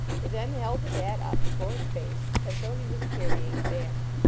he then held the bat up before his face as though he was carrying a banner.